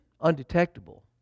undetectable